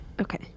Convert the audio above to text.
Okay